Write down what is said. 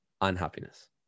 unhappiness